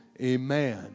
amen